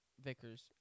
Vickers